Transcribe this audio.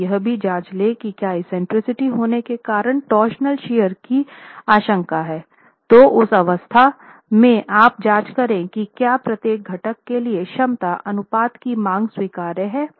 और यह भी जांच लें कि क्या एक्सेंट्रिसिटीज़ होने के कारण टॉरशनल शियर की आशंका है तो उस अवस्था में आप जाँच करें कि क्या प्रत्येक घटक के लिए क्षमता अनुपात की मांग स्वीकार्य है